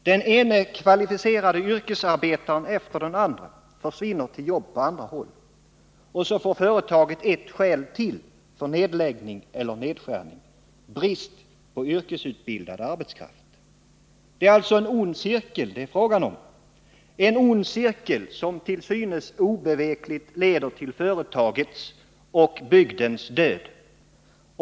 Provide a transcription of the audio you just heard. Den ene kvalificerade yrkesarbetaren efter den andre försvinner till jobb på andra håll. Och så får företaget ett skäl till för nedläggning eller nedskärning: brist på yrkesutbildad arbetskraft. Det är alltså fråga om en ond cirkel, som till synes obevekligt leder till företagets och bygdens död.